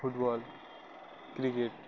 football cricket